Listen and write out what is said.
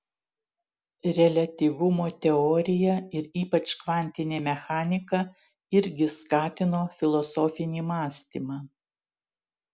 reliatyvumo teorija ir ypač kvantinė mechanika irgi skatino filosofinį mąstymą